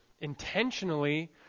intentionally